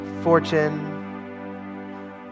fortune